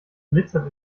glitzert